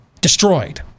destroyed